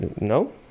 No